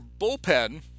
bullpen